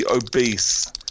obese